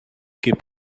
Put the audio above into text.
keep